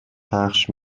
پخش